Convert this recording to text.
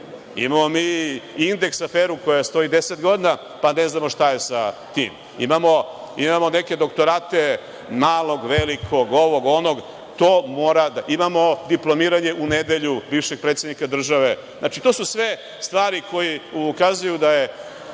Imamo mi „Indeks aferu“ koja stoji 10 godina, pa ne znamo šta je sa tim. Imamo doktorate, malog, velikog, ovog, onog, imamo diplomiranje u nedelju bivšeg predsednika države. To su sve stvari koje ukazuju da je